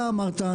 אתה אמרת,